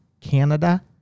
Canada